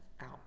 out